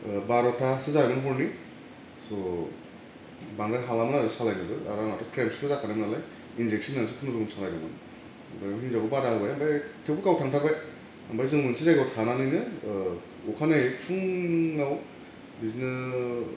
ओह बार'थासो जाबायमोन हरनि स बांद्राय हालामोन आरो सालायनोबो आर आंनाथ' क्रेमसबो जाखादोंमोन नालाय इन्जेकसन होनानैसो खुनुरुखुम सालायदोंमोन ओमफ्राय हिन्जावखौ बादा होबाय आमफ्राय थेवबो गाव थांथारबाय ओमफाय जों मोनसे जायगायाव थानानैनो ओह अखा नायै फुंआव बिदिनो